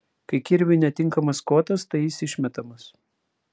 kai kirviui netinkamas kotas tai jis išmetamas